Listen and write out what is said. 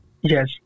Yes